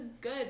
good